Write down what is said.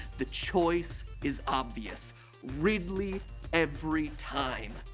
the choice is obvious ridley everytime,